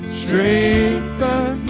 strengthen